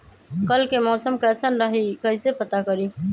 कल के मौसम कैसन रही कई से पता करी?